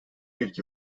yılki